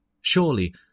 Surely